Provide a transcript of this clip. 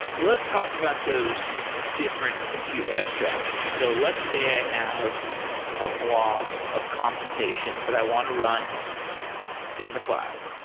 let's talk about those different compute abstractions. so let's say i have a blog of computation that i want to run in the cloud.